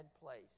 place